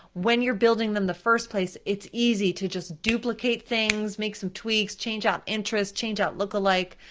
when you're building them the first place, it's easy to just duplicate things, make some tweaks, change out interest, change out lookalike,